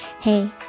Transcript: Hey